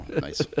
nice